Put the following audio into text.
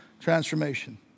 transformation